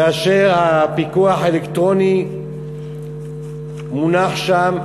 כאשר הפיקוח האלקטרוני מונח שם,